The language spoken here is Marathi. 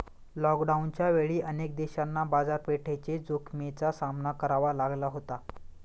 लॉकडाऊनच्या वेळी अनेक देशांना बाजारपेठेच्या जोखमीचा सामना करावा लागला होता